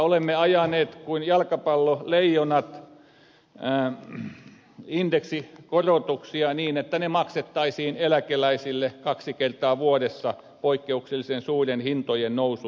olemme ajaneet kuin jalkapalloleijonat indeksikorotuksia niin että ne maksettaisiin eläkeläisille kaksi kertaa vuodessa poikkeuksellisen suuren hintojen nousun vuoksi